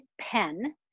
pen